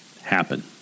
happen